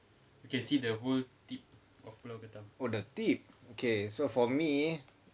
oh the tip okay so for me